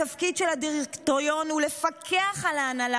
התפקיד של הדירקטוריון הוא לפקח על ההנהלה